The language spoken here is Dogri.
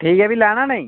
ठीक ऐ भी लैना निं